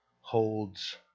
holds